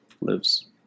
lives